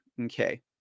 Okay